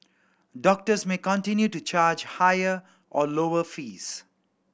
doctors may continue to charge higher or lower fees